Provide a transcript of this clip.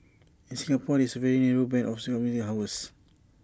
in Singapore there is A very narrow Band of commuting hours